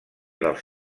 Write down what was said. dels